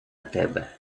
тебе